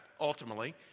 ultimately